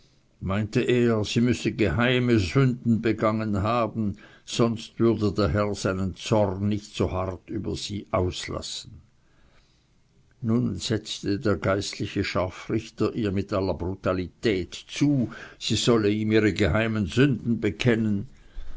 meinte er sie müsse geheime sünden begangen haben sonst würde der herr seinen zorn nicht so hart über sie auslassen nun setzte der geistliche scharfrichter ihr mit aller brutalität zu sie solle ihm ihre geheimen sünden bekennen